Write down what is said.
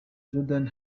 jordan